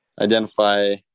identify